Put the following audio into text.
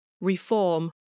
reform